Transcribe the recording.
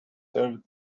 served